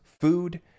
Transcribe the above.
food